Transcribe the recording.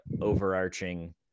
overarching